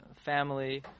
family